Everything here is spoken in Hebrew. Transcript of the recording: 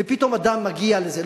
ופתאום אדם מגיע לזה,